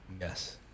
Yes